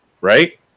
right